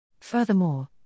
Furthermore